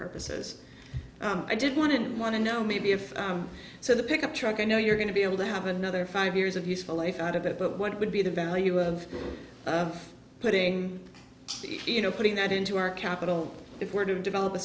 purposes i did want to want to know maybe if so the pickup truck i know you're going to be able to have another five years of useful life out of that but what would be the value of putting you know putting that into our capital if we're to develop a